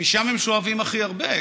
משם הם שואבים הכי הרבה.